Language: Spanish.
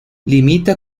limita